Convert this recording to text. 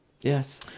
Yes